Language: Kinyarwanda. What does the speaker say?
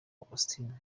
augustin